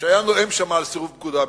שהיה נואם שם על סירוב פקודה בצה"ל,